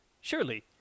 surely